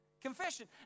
Confession